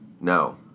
No